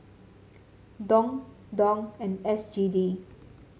Dong Dong and S G D